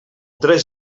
tres